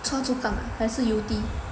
choa chu kang 还是 Yew Tee